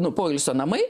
nu poilsio namai